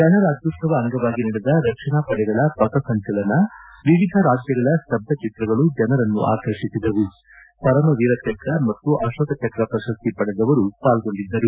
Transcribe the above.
ಗಣರಾಜ್ಯೋತ್ಸವ ಅಂಗವಾಗಿ ನಡೆದ ರಕ್ಷಣಾಪಡೆಗಳ ಪಥಸಂಚಲನ ವಿವಿಧ ರಾಜ್ಯಗಳ ಸ್ತಬ್ಧ ಚಿತ್ರಗಳು ಜನರನ್ನು ಆಕರ್ಷಿಸಿದವು ಪರಮವೀರ ಚಕ್ರ ಮತ್ತು ಅಶೋಕ ಚಕ್ರ ಪ್ರಶಸ್ತಿ ಪಡೆದವರು ಪಾಲ್ಗೊಂಡಿದ್ದರು